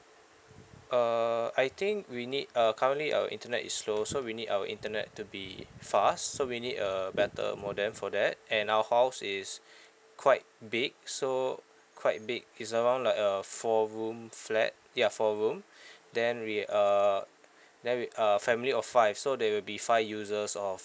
err I think we need err currently our internet is slow so we need our internet to be fast so we need a better modem for that and our house is quite big so quite big it's around like a four room flat ya four room then we err then we err family of five so there will be five users of